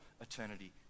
eternity